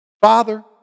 father